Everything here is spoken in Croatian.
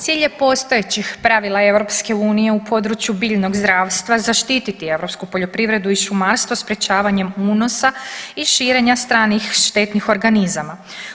Cilj je postojećih pravila EU u području biljnog zdravstva zaštititi europsku poljoprivredu i šumarstvo sprečavanjem unosa i širenja stranih štetnih organizama.